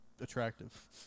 attractive